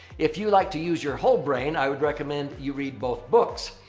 if you like to use your whole brain, i would recommend you read both books.